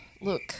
Look